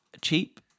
cheap